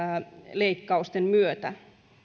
leikkausten myötä